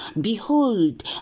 behold